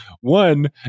One